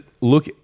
look